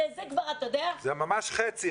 זה כבר...-- זה ממש חצי.